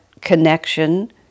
connection